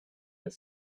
that